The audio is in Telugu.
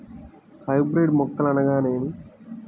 హైబ్రిడ్ మొక్కలు అనగానేమి?